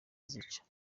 zica